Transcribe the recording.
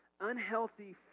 Unhealthy